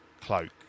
cloak